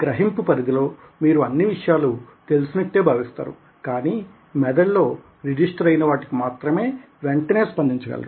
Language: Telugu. గ్రహింపు పరిధిలో మీరు అన్నివిషయాలూ తెలిసినట్లే భాస్తారు కానీ మెదడు లో రిజిస్టర్ అయిన వాటికి మాత్రమే వెంటనే స్పందించ గలరు